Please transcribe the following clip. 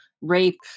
rape